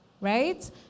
Right